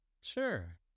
Sure